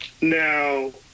Now